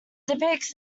depicts